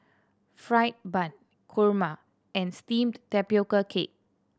fried bun kurma and steamed tapioca cake